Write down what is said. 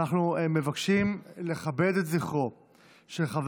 אנחנו מבקשים לכבד את זכרו של חבר